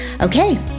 Okay